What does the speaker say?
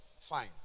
fine